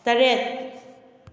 ꯇꯔꯦꯠ